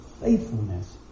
faithfulness